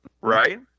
right